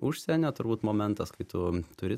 užsienio turbūt momentas kai tu turi